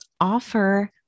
offer